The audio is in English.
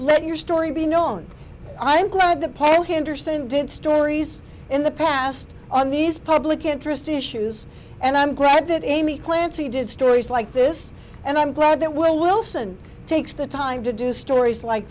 let your story be known i'm glad the paul henderson did stories in the past on these public interest issues and i'm glad that amy clancy did stories like this and i'm glad that wilson takes the time to do stories like